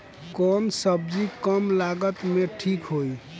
कौन सबजी कम लागत मे ठिक होई?